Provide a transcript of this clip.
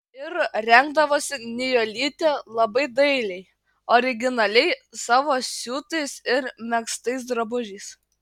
ir rengdavosi nijolytė labai dailiai originaliai savo siūtais ir megztais drabužiais